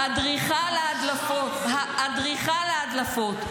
אדריכל ההדלפות.